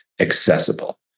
accessible